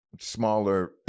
smaller